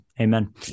Amen